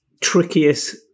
trickiest